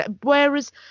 whereas